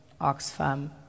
Oxfam